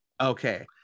okay